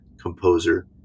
composer